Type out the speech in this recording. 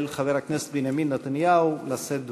חבר הכנסת בנימין נתניהו לשאת דברים.